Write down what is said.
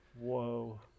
Whoa